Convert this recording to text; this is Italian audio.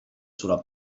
sulla